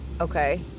okay